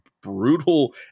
brutal